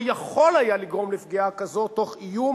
או יכול היה לגרום לפגיעה כזאת תוך איום,